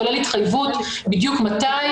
כולל התחייבות בדיוק מתי,